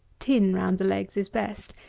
tin round the legs is best.